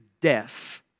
death